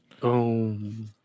Boom